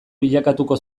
bilakatuko